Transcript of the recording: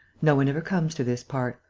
no one ever comes to this part.